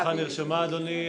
מחאתך נרשמה, אדוני.